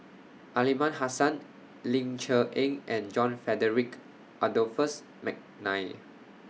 Aliman Hassan Ling Cher Eng and John Frederick Adolphus Mcnair